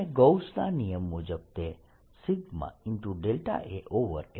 અને ગૌસના નિયમ મુજબ તે a0 ની બરાબર છે